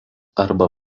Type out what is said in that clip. arba